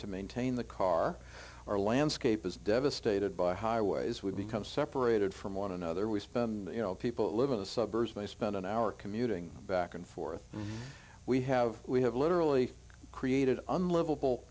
to maintain the car our landscape is devastated by highways we become separated from one another we spend you know people live in the suburbs they spend an hour commuting back and forth we have we have literally created unlivable